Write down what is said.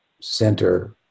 center